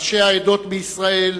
ראשי העדות בישראל